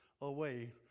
away